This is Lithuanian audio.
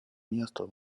miesto